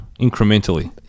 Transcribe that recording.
incrementally